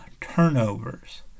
turnovers